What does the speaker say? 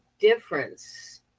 difference